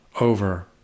over